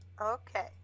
Okay